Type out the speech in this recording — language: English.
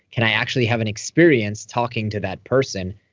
can i actually have an experience talking to that person,